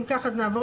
נעבור